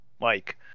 Mike